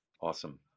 Awesome